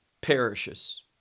perishes